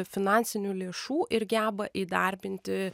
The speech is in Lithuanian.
finansinių lėšų ir geba įdarbinti